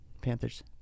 Panthers